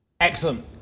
Excellent